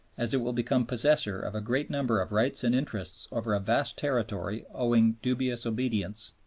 as it will become possessor of a great number of rights and interests over a vast territory owing dubious obedience,